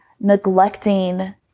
neglecting